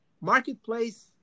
marketplace